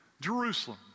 jerusalem